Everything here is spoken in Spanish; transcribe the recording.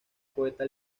poeta